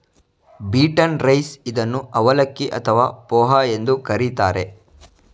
beaten rice ಇದನ್ನು ಅವಲಕ್ಕಿ ಅಥವಾ ಪೋಹ ಎಂದು ಕರಿತಾರೆ